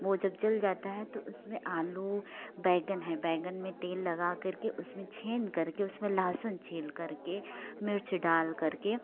वो जब जल जाता है तो उसमें आलू बैंगन है बैंगन में तेल लगा कर के उसमें छेद करके उसमें लहसुन छील करके मिर्च डालकर के